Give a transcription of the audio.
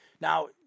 Now